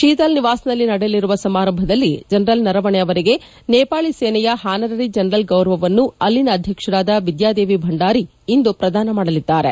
ಶೀತಲ್ ನಿವಾಸ್ನಲ್ಲಿ ನಡೆಯಲಿರುವ ಸಮಾರಂಭದಲ್ಲಿ ಜನರಲ್ ನರವಣೆ ಅವರಿಗೆ ನೇಪಾಳಿ ಸೇನೆಯ ಹಾನರರಿ ಜನರಲ್ ಗೌರವವನ್ನು ಅಲ್ಲಿನ ಅಧ್ಯಕ್ಷರಾದ ಬಿಧ್ಯಾ ದೇವಿ ಭಂಡಾರಿ ಇಂದು ಪ್ರದಾನ ಮಾಡಲಿದ್ದಾರೆ